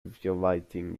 violating